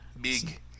Big